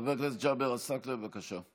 חבר הכנסת ג'אבר עסאקלה, בבקשה.